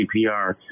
CPR